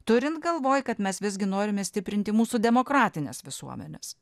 turint galvoj kad mes visgi norime stiprinti mūsų demokratines visuomenes